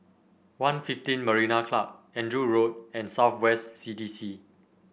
One fifteen Marina Club Andrew Road and South West C D C